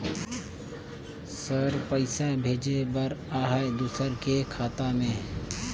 Sir पइसा भेजे बर आहाय दुसर के खाता मे?